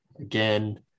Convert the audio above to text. Again